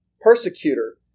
persecutor